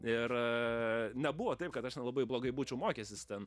ir nebuvo taip kad aš ten labai blogai būčiau mokęsis ten